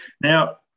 Now